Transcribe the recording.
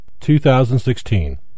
2016